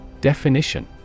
Definition